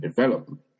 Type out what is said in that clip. development